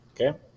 okay